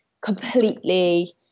completely